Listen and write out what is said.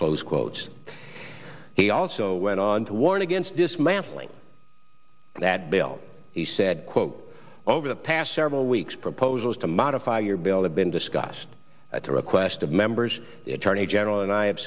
close quote he also went on to warn against dismantling that bill he said quote over the past several weeks proposals to modify your bill have been discussed at the request of members attorney general and i have